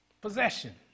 possession